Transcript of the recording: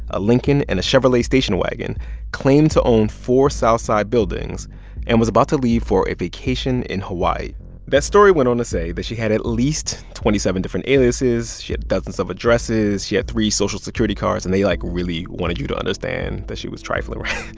a lincoln and a chevrolet station wagon claimed to own four south side buildings and was about to leave for a vacation in hawaii that story went on to say that she had at least twenty seven different aliases. she had dozens of addresses. she social security cards. and they, like, really wanted you to understand that she was trifling, right?